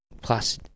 plus